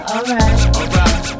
Alright